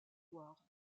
loir